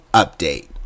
update